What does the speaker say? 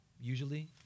Usually